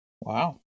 Wow